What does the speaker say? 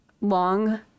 long